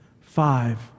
Five